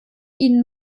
ihnen